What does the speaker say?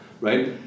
right